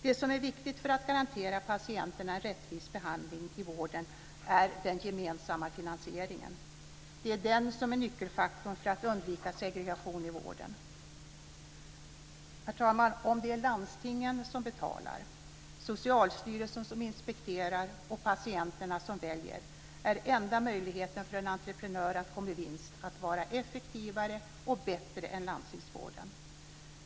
Det som är viktigt för att garantera patienterna en rättvis behandling i vården är den gemensamma finansieringen. Det är den som är nyckelfaktorn för att undvika segregation i vården. Herr talman! Om det är landstingen som betalar, Socialstyrelsen som inspekterar och patienterna som väljer, är enda möjligheten för en entreprenör att gå med vinst att vara effektivare och bättre än landstingsvården.